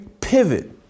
pivot